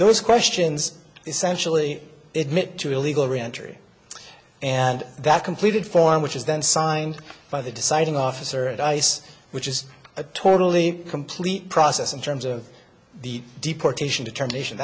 those questions essentially it to illegal re entry and that completed form which is then signed by the deciding officer at ice which is a totally complete process in terms of the deportation determination